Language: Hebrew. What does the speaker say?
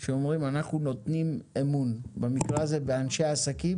שאומרים שאנחנו נותנים אמון במקרה הזה באנשי עסקים